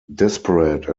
desperate